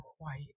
quiet